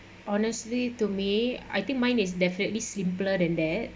honestly to me I think mine is definitely simpler than that